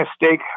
mistake